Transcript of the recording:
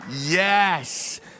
Yes